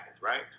right